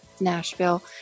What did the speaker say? Nashville